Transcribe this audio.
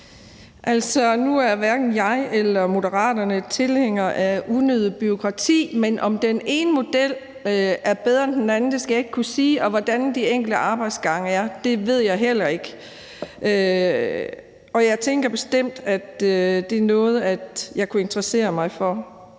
Nu er hverken jeg eller Moderaterne tilhængere af unødigt bureaukrati, men om den ene model er bedre end den anden, skal jeg ikke kunne sige, og hvordan de enkelte arbejdsgange er, ved jeg heller ikke, og jeg tænker bestemt også, at det er noget, jeg kunne interessere mig for